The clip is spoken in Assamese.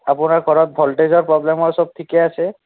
আপোনাৰ ঘৰত ভল্টেজৰ প্ৰবলেমৰ চব ঠিকে আছে